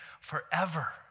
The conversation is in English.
forever